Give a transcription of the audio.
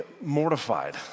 mortified